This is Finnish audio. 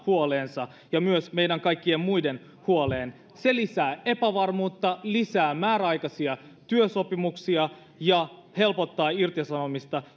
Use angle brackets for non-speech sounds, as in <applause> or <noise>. huoleensa ja myös meidän kaikkien muiden huoleen se lisää epävarmuutta lisää määräaikaisia työsopimuksia ja helpottaa irtisanomista <unintelligible>